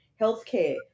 healthcare